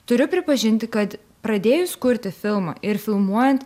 turiu pripažinti kad pradėjus kurti filmą ir filmuojant